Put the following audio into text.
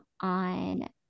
on